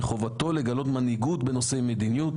מחובתו לגלות מנהיגות בנושאי מדיניות,